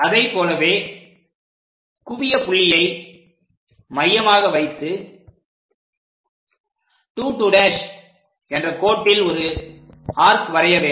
அதைப் போலவே குவிய புள்ளியை மையமாக வைத்து 2 2' என்ற கோட்டில் ஒரு ஆர்க் வரைய வேண்டும்